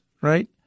right